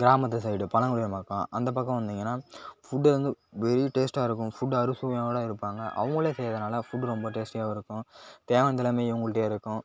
கிராமத்து சைடு பழங்குடியினர் பக்கம் அந்த பக்கம் வந்தீங்கன்னா ஃபுட்டு வந்து வெரி டேஸ்ட்டாக இருக்கும் ஃபுட் அறுசுவையோட இருப்பாங்க அவங்களே செய்கிறதுனால ஃபுட் ரொம்ப டேஸ்ட்டியாகவும் இருக்கும் தேவையானது எல்லாம் இவங்கள்ட்டயே இருக்கும்